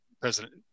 president